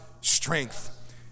strength